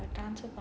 transfer